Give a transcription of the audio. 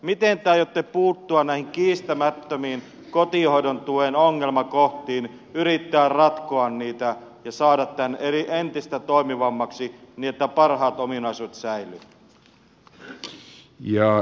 miten te aiotte puuttua näihin kiistämättömiin kotihoidon tuen ongelmakohtiin yrittää ratkoa niitä ja saada tämän entistä toimivammaksi niin että parhaat ominaisuudet säilyvät